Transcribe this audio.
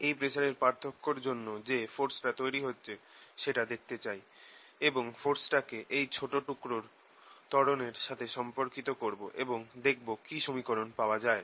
এই প্রেসারের পার্থক্য এর জন্য যে ফোরসটা তৈরি হচ্ছে সেটা দেখতে চাই এবং ফোরসটাকে এই ছোট টুকরোর ত্বরণের সাথে সম্পর্কিত করবো এবং দেখবো কি সমীকরণ পাওয়া যায়